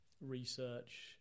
research